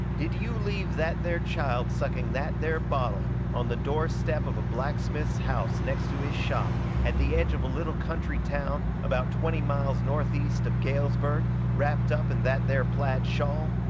did you leave that there child sucking that there bottle on the doorstep of a blacksmith's house next to his shop at the edge of a little country town about twenty miles northeast of galesburg wrapped up in that there plaid shawl?